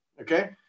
okay